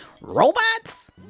robots